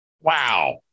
Wow